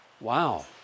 Wow